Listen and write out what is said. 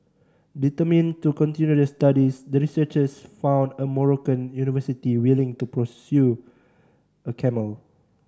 determined to continue their studies the researchers found a Moroccan university willing to procure a camel